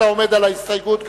אתה עומד על ההסתייגות,